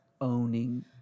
Owning